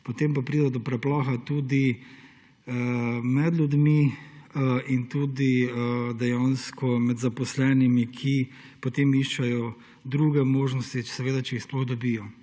potem pa pride do preplaha tudi med ljudmi in tudi dejansko med zaposlenimi, ki potem iščejo druge možnosti, seveda če jih sploh dobijo.